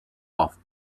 off